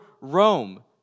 Rome